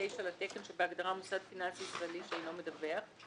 ב.9 לתקן שבהגדרה "מוסד פיננסי ישראלי שאינו מדווח"